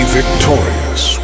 victorious